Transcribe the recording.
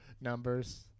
numbers